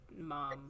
mom